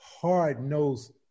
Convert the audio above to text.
hard-nosed